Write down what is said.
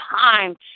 time